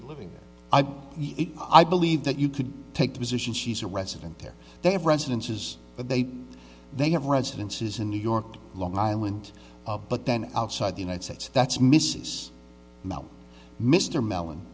she living i believe that you could take the position she's a resident there they have residences but they they have residences in new york long island but then outside the united states that's misess mr mellon